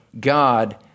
God